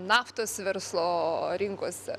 naftos verslo rinkose